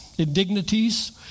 Indignities